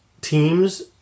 teams